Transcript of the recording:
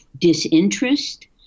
disinterest